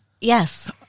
Yes